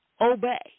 Obey